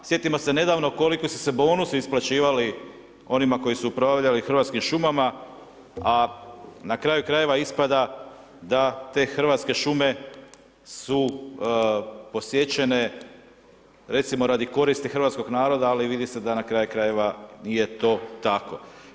Sjetimo se nedavno koliki su se bonusi isplaćivali onima koji su upravljali Hrvatskim šumama a na kraju krajeva ispada date Hrvatske šume su posječene recimo radi koristi hrvatskog naroda ali vidi se dana kraju krajeva nije to tako.